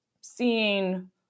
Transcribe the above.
seeing